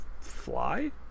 fly